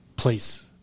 Place